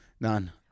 None